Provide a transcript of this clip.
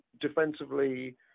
defensively